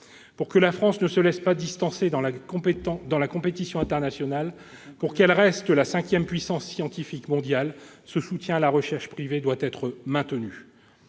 Pour que la France ne se laisse pas distancer dans la compétition internationale, pour qu'elle reste la cinquième puissance scientifique mondiale, ce soutien à la recherche privée doit être maintenu.